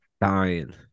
dying